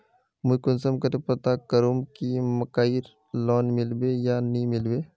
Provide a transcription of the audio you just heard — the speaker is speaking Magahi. मुई कुंसम करे पता करूम की मकईर लोन मिलबे या नी मिलबे?